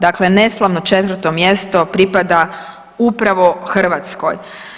Dakle, neslavno 4 mjesto pripada upravo Hrvatskoj.